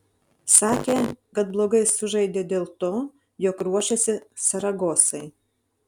sakė kad blogai sužaidė dėl to jog ruošėsi saragosai